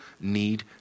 need